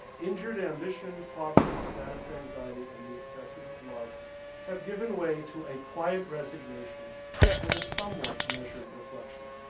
injured ambition, poverty, status anxiety and the excesses of love have given way to a quiet resignation and is somewhat measured reflection.